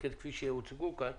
כפי שהוצג כאן.